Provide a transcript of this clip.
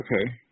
okay